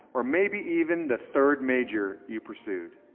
or maybe even the third major you pursued.